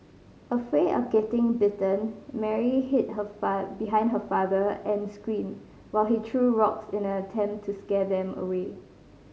afraid of getting bitten Mary hid her behind her father and screamed while he threw rocks in an attempt to scare them away